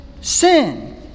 sin